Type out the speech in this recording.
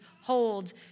hold